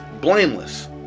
blameless